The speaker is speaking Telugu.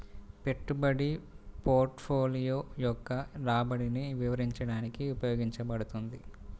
పెట్టుబడి పోర్ట్ఫోలియో యొక్క రాబడిని వివరించడానికి ఉపయోగించబడుతుంది